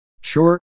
Sure